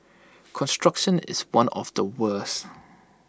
construction is one of the worst